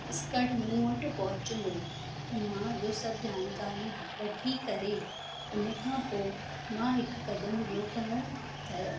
skirt मूं वटि पहुचंदो मां इहा सभु जानकारी वठी करे पोइ मां हिकु कदम इहो खयो त